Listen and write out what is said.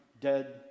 dead